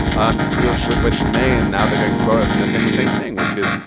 um europe went went to may and now they're going to bite us and they're saying the same thing which is.